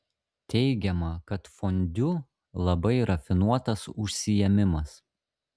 teigiama kad fondiu labai rafinuotas užsiėmimas